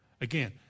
Again